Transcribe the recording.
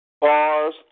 Bars